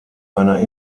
einer